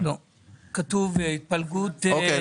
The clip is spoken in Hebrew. כתוב התפלגות --- אוקיי,